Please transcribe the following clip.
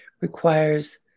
requires